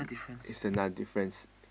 it's another difference